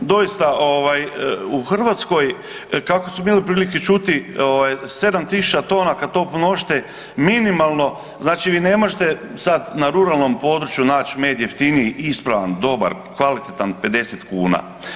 Doista ovaj u Hrvatskoj kako smo imali prilike čuti, 7.000 tona kad to pomnožite minimalno znači vi ne možete sad na ruralnom području naći med jeftiniji, ispravan, dobar, kvalitetan 50 kuna.